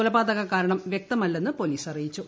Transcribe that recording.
കൊലപാതക കാരണം വൃക്തമല്ലെന്നു പോലീസ് അറിയിച്ചു